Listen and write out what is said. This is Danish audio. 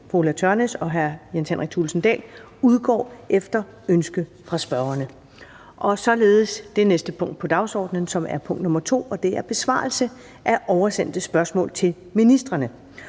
Ulla Tørnæs (V) og Jens Henrik Thulesen Dahl (DF) udgår efter ønske fra spørgerne. --- Det sidste punkt på dagsordenen er: 2) Besvarelse af oversendte spørgsmål til ministrene